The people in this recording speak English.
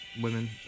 women